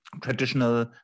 traditional